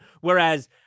Whereas